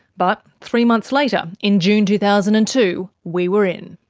but three months later, in june two thousand and two, we were in.